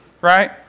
Right